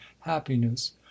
happiness